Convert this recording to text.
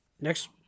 Next